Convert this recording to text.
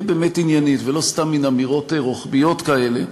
באמת עניינית ולא סתם מין אמירות רוחביות כאלה,